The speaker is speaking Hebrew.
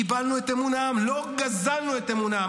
קיבלנו את אמון העם, לא גזלנו את אמון העם.